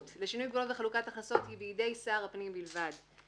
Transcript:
לשינוי גבולות וחלוקת הכנסת היא בידי שר הפנים בלבד.